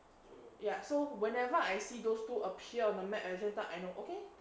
ya so whenever I see those two appear on the map every time I know okay